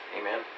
amen